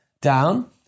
down